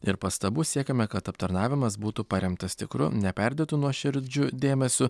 ir pastabų siekiame kad aptarnavimas būtų paremtas tikru neperdėtu nuoširdžiu dėmesiu